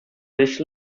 dish